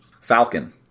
Falcon